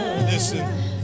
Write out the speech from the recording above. Listen